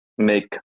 make